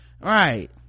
right